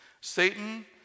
Satan